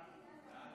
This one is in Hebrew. ההצעה